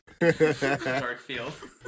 Darkfield